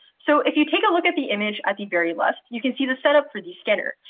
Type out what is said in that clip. so if you take a look at the image at the very left, you can see the setup for the scanner.